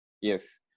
Yes